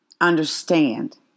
understand